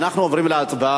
אנחנו עוברים להצבעה.